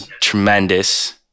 tremendous